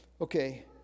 okay